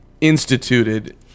instituted